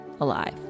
alive